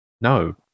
No